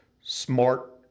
smart